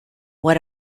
what